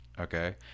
okay